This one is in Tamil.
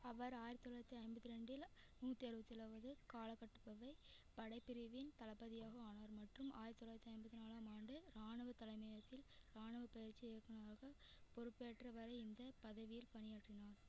அவர் ஆயிரத்தி தொள்ளாயிரத்தி ஐம்பத்தி இரண்டில் நூற்றி அறுபத்தி ஏழாவது கால படைப்பிரிவின் தளபதியாக ஆனார் மற்றும் ஆயிரத்தி தொள்ளாயிரத்தி ஐம்பத்தி நாலாம் ஆண்டு இராணுவத் தலைமையகத்தில் இராணுவப் பயிற்சி இயக்குநராகப் பொறுப்பேற்ற இவரை இந்தப் பதவியில் பணியாற்றினார்